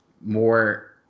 more